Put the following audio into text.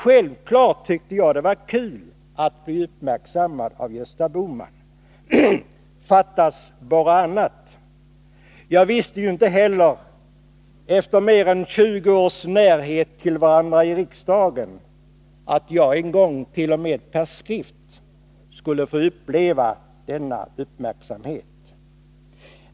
Självfallet tycker jag det var kul att bli uppmärksammad av Gösta Bohman —- fattas bara annat! Jag visste ju inte att jag en gång, t.o.m. i skrift, skulle få uppleva denna uppmärksamhet från Gösta Bohman efter mer än 20 års närhet till varandra i riksdagen.